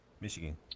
Michigan